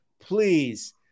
please